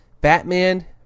batman